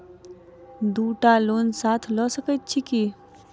दु टा लोन साथ लऽ सकैत छी की?